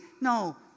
No